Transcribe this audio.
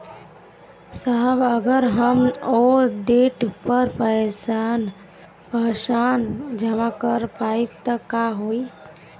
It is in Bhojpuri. साहब अगर हम ओ देट पर पैसाना जमा कर पाइब त का होइ?